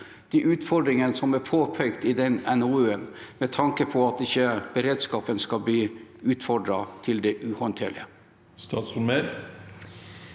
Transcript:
de utfordringene som er påpekt i den NOU-en, med tanke på at beredskapen ikke skal bli utfordret inntil det uhåndterlige?